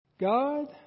God